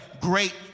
great